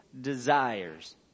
desires